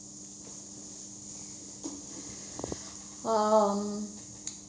um